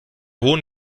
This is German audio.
hohen